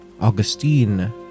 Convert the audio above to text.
Augustine